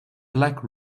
black